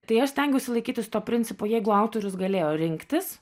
tai aš stengiausi laikytis to principo jeigu autorius galėjo rinktis